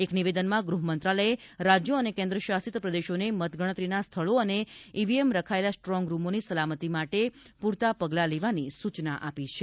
એક નિવેદનમાં ગૃહ મંત્રાલયે રાજ્યો અને કેન્દ્ર શાસિત પ્રદેશોને મતગણતરીના સ્થળો અને ઇવીએમ રખાયેલા સ્ટ્રોંગરૂમોની સલામતી માટે પૂરતા પગલા લેવાની સૂચના આપી છે